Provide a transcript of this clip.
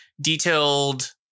detailed